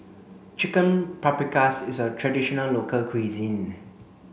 Chicken Paprikas is a traditional local cuisine